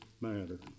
matter